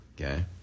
okay